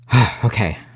Okay